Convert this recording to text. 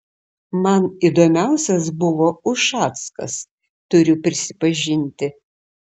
man įdomiausias buvo ušackas turiu prisipažinti